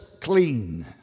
clean